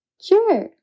Sure